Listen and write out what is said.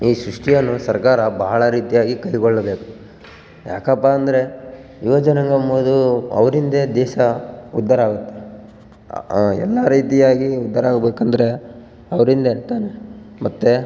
ಈ ಸೃಷ್ಟಿ ಅನ್ನೋ ಸರ್ಕಾರ ಬಹಳ ರೀತಿಯಾಗಿ ಕೈಗೊಳ್ಬೇಕು ಯಾಕಪ್ಪಾ ಅಂದರೆ ಯುವಜನಾಂಗ ಅಂಬೊದು ಅವರಿಂದೇ ದೇಶ ಉದ್ದಾರ ಆಗುತ್ತೆ ಎಲ್ಲ ರೀತಿಯಾಗಿ ಉದ್ದಾರ ಆಗಬೇಕಂದ್ರೆ ಅವರಿಂದೇ ತಾನೆ ಮತ್ತು